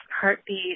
Heartbeat